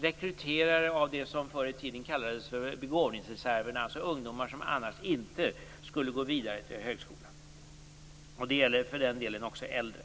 rekryterare av det som förr i tiden kallades för begåvningsreserven, alltså ungdomar som annars inte skulle gå vidare till högskolan. Det gäller för den delen också äldre.